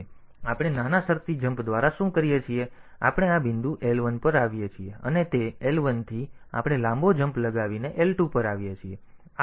તેથી આપણે નાના શરતી જમ્પ દ્વારા શું કરીએ છીએ આપણે આ બિંદુ L 1 પર આવીએ છીએ અને તે L1 થી આપણે લાંબો જમ્પ લગાવીને L2 પર આવીએ છીએ